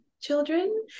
children